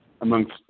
amongst